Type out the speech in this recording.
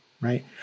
right